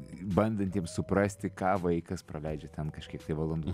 bandantiems suprasti ką vaikas praleidžia ten kažkiek tai valandų